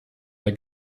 der